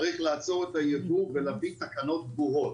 צריך לעצור את הייבוא ולהביא תקנות ברורות.